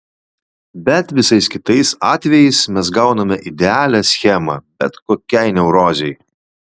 bet visais kitais atvejais mes gauname idealią schemą bet kokiai neurozei